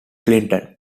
clinton